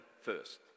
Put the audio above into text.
first